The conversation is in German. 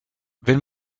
wenn